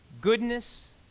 goodness